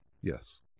Yes